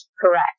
correct